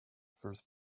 first